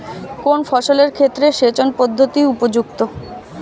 কোন ফসলের ক্ষেত্রে সেচন পদ্ধতি উপযুক্ত?